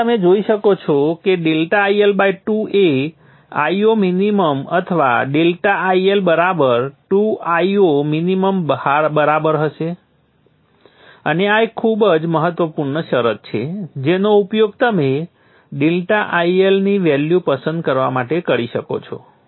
તેથી તમે જોઈ શકો છો કે ∆IL 2 એ Io મિનિમમ અથવા ∆IL 2Io મિનિમમ બરાબર હશે અને આ એક ખૂબ જ મહત્વપૂર્ણ શરત છે જેનો ઉપયોગ તમે ∆IL ની વેલ્યુ પસંદ કરવા માટે કરી શકો છો